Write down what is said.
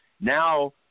Now